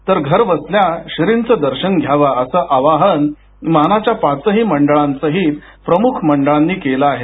तर घरबसल्या श्रींचे दर्शन घ्यावे असं आवाहन मानाच्या पाच मंडळांसहीत प्रमुख मंडळांनी केलं आहे